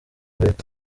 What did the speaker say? leta